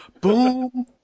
Boom